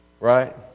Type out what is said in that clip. right